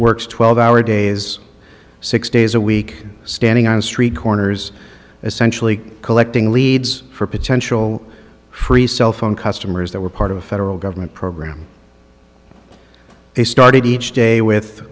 works twelve hour days six days a week standing on street corners essentially collecting leads for potential free cell phone customers that were part of a federal government program they started each day with